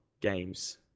games